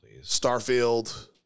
starfield